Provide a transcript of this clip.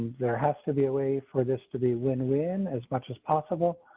there has to be a way for this to be win, win as much as possible.